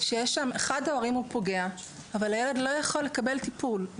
שאחד ההורים הוא פוגע אבל הילד לא יכול לקבל טיפול.